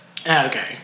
Okay